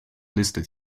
listed